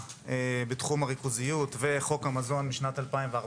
בתחום הריכוזיות וחוק המזון משנת 2014,